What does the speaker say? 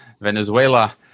Venezuela